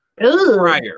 prior